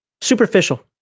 Superficial